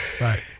Right